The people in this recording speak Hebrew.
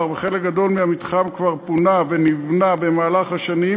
וחלק גדול מהמתחם כבר פונה ונבנה במהלך השנים,